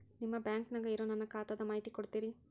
ನಿಮ್ಮ ಬ್ಯಾಂಕನ್ಯಾಗ ಇರೊ ನನ್ನ ಖಾತಾದ ಮಾಹಿತಿ ಕೊಡ್ತೇರಿ?